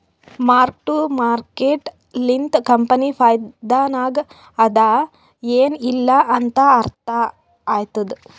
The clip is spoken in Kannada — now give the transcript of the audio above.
ಮಾರ್ಕ್ ಟು ಮಾರ್ಕೇಟ್ ಲಿಂತ ಕಂಪನಿ ಫೈದಾನಾಗ್ ಅದಾ ಎನ್ ಇಲ್ಲಾ ಅಂತ ಅರ್ಥ ಆತ್ತುದ್